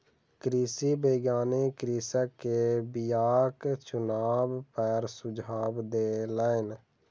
कृषि वैज्ञानिक कृषक के बीयाक चुनाव पर सुझाव देलैन